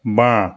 বাঁ